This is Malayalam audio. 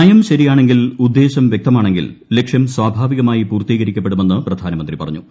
നയം ശരിയാണെങ്കിൽ ഉദ്ദേശം വ്യക്തമാണ്ടെങ്കിൽ ്ലക്ഷ്യം സ്വാഭാവികമായി പൂർത്തീകരിക്കപ്പെടുമെന്ന് പ്രധാനമ്മിന്ത്രി പ്റഞ്ഞു